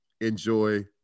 Enjoy